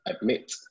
Admit